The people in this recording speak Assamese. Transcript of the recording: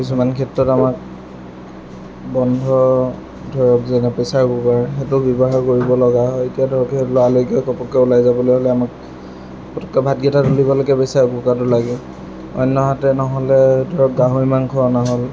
কিছুমান ক্ষেত্ৰত আমাক বন্ধ ধৰক যেনে প্ৰেছাৰ কুকাৰ সেইটোও ব্যৱহাৰ কৰিব লগা হয় এতিয়া ধৰক সেই লৰালৰিকৈ ঘপককৈ ওলাই যাবলৈ হ'লে আমাক পতককৈ ভাতকেইটা তুলিবলৈকে প্ৰেছাৰ কুকাৰটো লাগে অন্যহাতে নহ'লে ধৰক গাহৰি মাংস অনা হ'ল